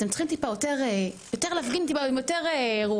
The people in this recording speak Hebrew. אתם צריכים טיפה להפגין עם יותר רוח,